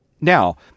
Now